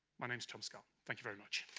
my name is tom scott, thank you very much.